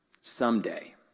Someday